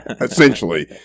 essentially